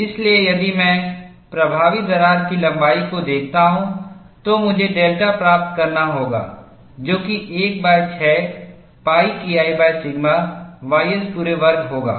इसलिए यदि मैं प्रभावी दरार की लंबाई को देखता हूं तो मुझे डेल्टा प्राप्त करना होगा जो कि 1 6 pi KI सिग्मा ys पूरे वर्ग होगा